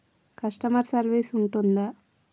Customer service ఉంటుందా?